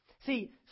See